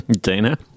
Dana